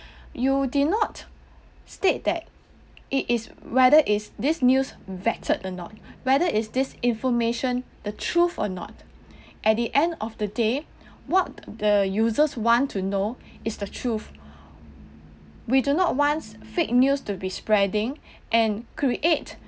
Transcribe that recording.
you did not state that it is whether is this news vetted or not whether is this information the truth or not at the end of the day what the users want to know is the truth we do not wants fake news to be spreading and create